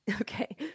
okay